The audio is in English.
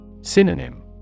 Synonym